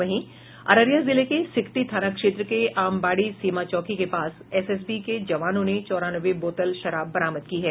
वहीं अररिया जिले के सिकटी थाना क्षेत्र के आमबाड़ी सीमा चौकी के पास एसएसबी के जवानों ने चौरानवे बोतल शराब बरामद की है